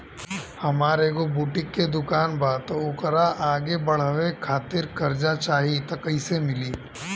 हमार एगो बुटीक के दुकानबा त ओकरा आगे बढ़वे खातिर कर्जा चाहि त कइसे मिली?